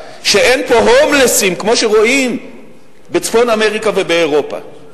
שאין פה הומלסים כמו שרואים בצפון אמריקה ובאירופה.